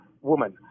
woman